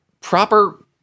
proper